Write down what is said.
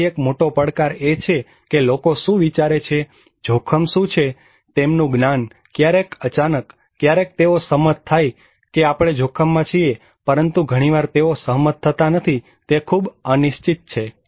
તેથી એક મોટો પડકાર એ છે કે લોકો શું વિચારે છે જોખમ શું છે તેમનું જ્ઞાન ક્યારેક અચાનક ક્યારેક તેઓ સહમત થાય છે કે આપણે જોખમમાં છીએ પરંતુ ઘણીવાર તેઓ સહમત થતા નથી તે ખૂબ અનિશ્ચિત છે